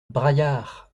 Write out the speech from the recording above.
braillard